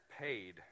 paid